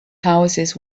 houses